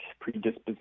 predisposition